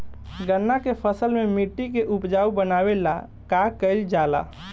चन्ना के फसल में मिट्टी के उपजाऊ बनावे ला का कइल जाला?